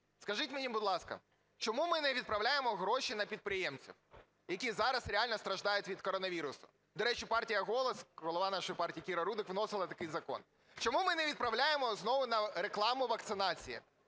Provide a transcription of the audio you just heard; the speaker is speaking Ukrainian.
Скажіть мені, будь ласка, чому ми не відправляємо гроші на підприємців, які зараз реально страждають від коронавірусу? До речі, партія "Голос", голова нашої партії Кіра Рудик вносила такий закон. Чому ми не відправляємо знову на рекламу вакцинації,